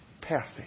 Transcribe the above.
perfect